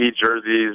jerseys